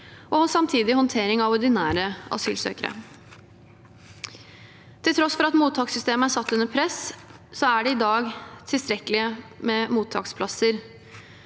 og samtidig håndtering av ordinære asylsøkere. Til tross for at mottakssystemet er satt under press, er det i dag tilstrekkelig med mottaksplasser.